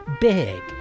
big